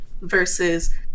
versus